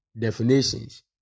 definitions